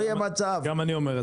לא יהיה מצב כזה,